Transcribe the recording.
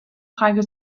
frage